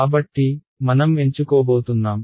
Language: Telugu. కాబట్టి మనం ఎంచుకోబోతున్నాం